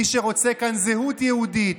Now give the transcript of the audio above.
מי שרוצה כאן זהות יהודית,